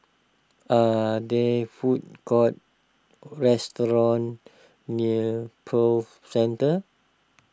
are they food courts restaurants near Prove Centre